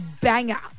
banger